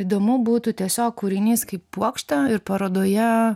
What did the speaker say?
įdomu būtų tiesiog kūrinys kaip puokštė ir parodoje